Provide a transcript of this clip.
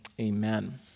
amen